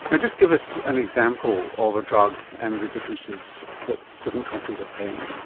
and just give us an example of a drug and the differences that different countries are paying.